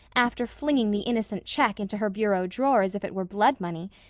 after flinging the innocent check into her bureau drawer as if it were blood-money,